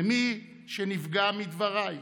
ממי שנפגע מדבריי,